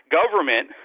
government